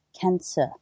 cancer